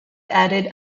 added